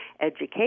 education